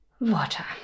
water